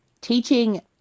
Teaching